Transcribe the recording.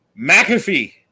McAfee